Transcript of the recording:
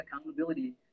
accountability